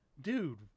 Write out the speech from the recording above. dude